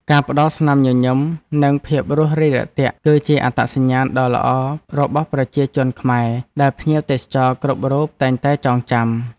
ការផ្តល់ស្នាមញញឹម និងភាពរួសរាយរាក់ទាក់ គឺជាអត្តសញ្ញាណដ៏ល្អប្រពៃរបស់ប្រជាជនខ្មែរដែលភ្ញៀវទេសចរគ្រប់រូបតែងតែចងចាំ។